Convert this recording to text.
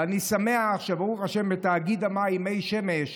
ואני שמח שברוך השם, בתאגיד המים מי שמש